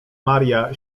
maria